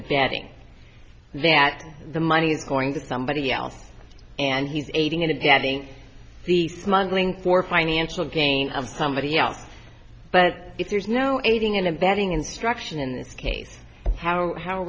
adding that the money is going to somebody else and he's aiding and abetting the smuggling for financial gain of somebody else but if there's no aiding and abetting instruction in this case how how are